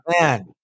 man